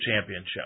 Championship